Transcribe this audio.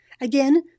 Again